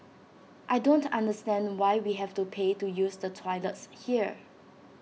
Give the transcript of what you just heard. I don't understand why we have to pay to use the toilets here